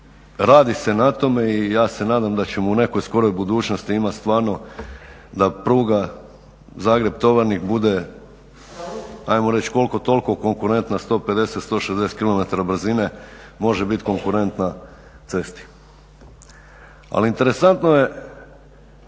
radi se na tome i ja se nadam da ćemo u nekoj skoroj budućnosti imati stvarno da pruga Zagreb-Tovarnik bude ajmo reći koliko toliko konkurentna 150, 160km brzine može biti konkurentna cesti. Ali interesantno je